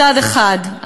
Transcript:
מצד אחד,